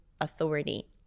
authority